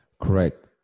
Correct